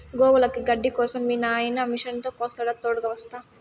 గోవులకి గడ్డి కోసం మీ నాయిన మిషనుతో కోస్తాడా తోడుగ వస్తా